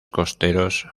costeros